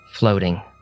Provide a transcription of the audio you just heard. Floating